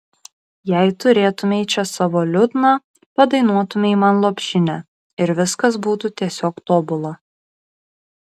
jei turėtumei čia savo liutnią padainuotumei man lopšinę ir viskas būtų tiesiog tobula